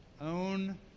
own